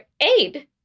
aid